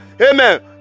Amen